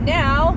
now